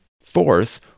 Fourth